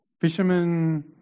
fishermen